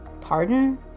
Pardon